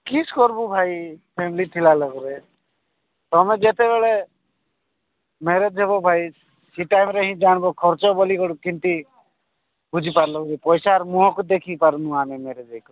କ'ଣ କରିବା ଭାଇ ଫ୍ୟାମିଲି ଥିଲା ଲୋକରେ ତୁମେ ଯେତେବେଳେ ମାରେଜ୍ ହେବ ଭାଇ ସେ ଟାଇମ୍ରେ ହିଁ ଜାଣିବ ଖର୍ଚ୍ଚ ବୋଲି ଗୋଟେ କିନ୍ତି ବୁଝିପାରିଲ କି ପଇସାର ମୁହଁକୁ ଦେଖିପାରୁନୁ ଆମେ ମାରେଜେ ଇଏ କରି